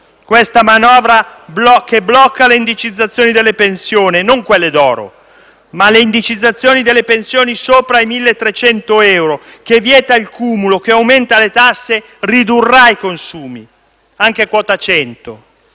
questa manovra, che blocca l'indicizzazione delle pensioni, non quelle d'oro, ma le pensioni sopra i 1.300 euro, che vieta il cumulo, che aumenta le tasse, ridurrà i consumi. Anche su quota 100,